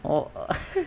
oh